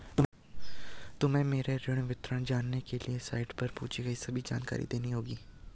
तुम्हें मेरे ऋण विवरण जानने के लिए साइट पर पूछी गई सभी जानकारी देनी होगी